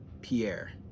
Pierre